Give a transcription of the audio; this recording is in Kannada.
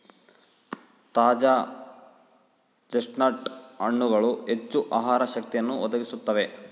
ತಾಜಾ ಚೆಸ್ಟ್ನಟ್ ಹಣ್ಣುಗಳು ಹೆಚ್ಚು ಆಹಾರ ಶಕ್ತಿಯನ್ನು ಒದಗಿಸುತ್ತವೆ